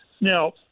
Now